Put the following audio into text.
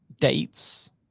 dates